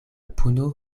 puno